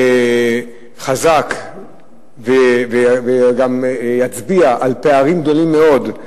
חזק וגם יצביע על פערים גדולים מאוד,